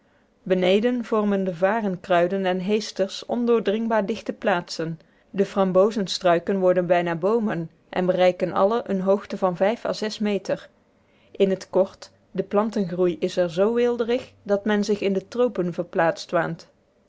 beneden vormen de varenkruiden en heesters ondoordringbaar dichte plaatsen de frambozenstruiken worden bijna boomen en bereiken alle eene hoogte van à meter in t kort de plantengroei is er zoo weelderig dat men zich in de tropen verplaatst waant